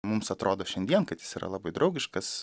mums atrodo šiandien kad jis yra labai draugiškas